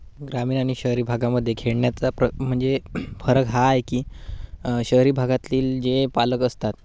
ग्रामीण आणि शहरी भागामध्ये खेळण्याचा प्र म्हणजे फरक हा आहे की शहरी भागातील जे पालक असतात